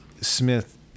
Smith